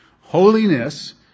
Holiness